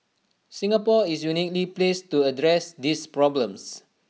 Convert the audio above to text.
Singapore is uniquely placed to address these problems